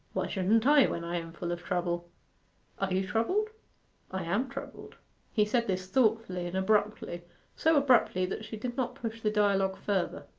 why shouldn't i when i am full of trouble are you troubled i am troubled he said this thoughtfully and abruptly so abruptly that she did not push the dialogue further.